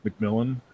McMillan